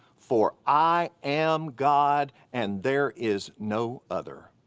for i am god, and there is no other.